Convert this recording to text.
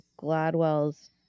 gladwell's